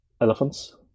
elephants